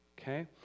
okay